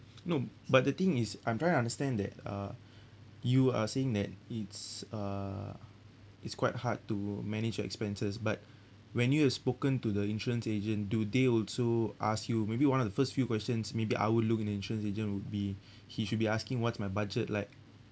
no but the thing is I'm trying to understand that uh you are saying that it's uh it's quite hard to manage your expenses but when you have spoken to the insurance agent do they also ask you maybe one of the first few questions maybe I will look at insurance agent would be he should be asking what's my budget like